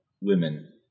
women